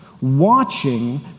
watching